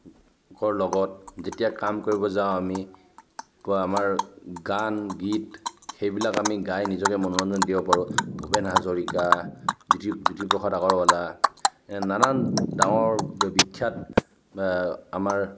কৰ লগত যেতিয়া কাম কৰিব যাওঁ আমি বা আমাৰ গান গীত সেইবিলাক আমি গাই নিজকে মনোৰঞ্জন দিব পাৰোঁ ভূপেন হাজৰিকা জ্যোতি জ্যোতিপ্ৰসাদ আগৰৱালা নানান ডাঙৰ বি বিখ্যাত আমাৰ